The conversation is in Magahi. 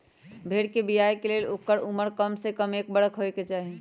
भेड़ कें बियाय के लेल ओकर उमर कमसे कम एक बरख होयके चाही